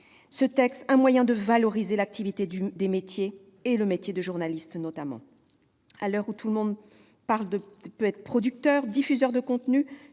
Ce texte est aussi un moyen de valoriser l'activité des médias et le métier de journaliste. À l'heure où tout le monde peut être producteur et diffuseur de contenus,